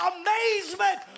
amazement